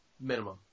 minimum